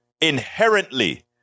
Inherently